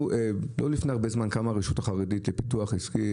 לא לפני הרבה זמן קמה הרשות החרדית לפיתוח עסקי,